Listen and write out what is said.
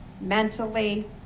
mentally